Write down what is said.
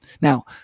Now